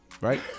right